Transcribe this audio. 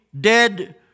dead